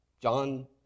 John